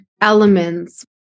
elements